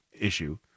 issue